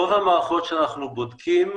רוב המערכות שאנחנו בודקים